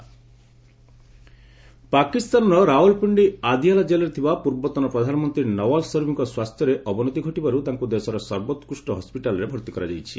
Sharif health ପାକିସ୍ତାନର ରାଓଲପିଣ୍ଡି ଆଦିଆଲା ଜେଲ୍ରେ ଥିବା ପୂର୍ବତନ ପ୍ରଧାନମନ୍ତ୍ରୀ ନୱାକ୍ ସରିଫ୍ଙ୍କ ସ୍ୱାସ୍ଥରେ ଅବନତି ଘଟିବାରୁ ତାଙ୍କୁ ଦେଶର ସର୍ବୋକୃଷ୍ଟ ହସ୍ପିଟାଲ୍ରେ ଭର୍ତ୍ତି କରାଯାଇଛି